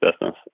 business